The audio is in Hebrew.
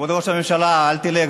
כבוד ראש הממשלה, אל תלך.